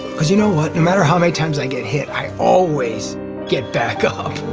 because you know what? no matter how many times i get hit, i always get back up.